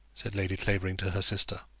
said lady clavering to her sister.